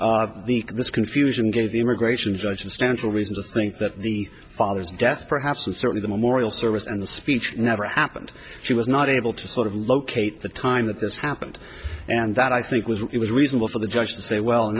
died this confusion gave the immigration judge instanter reason to think that the father's death perhaps and certainly the memorial service and the speech never happened she was not able to sort of locate the time that this happened and that i think was it was reasonable for the judge to say well in